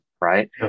Right